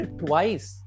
twice